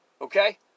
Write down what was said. okay